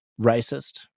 racist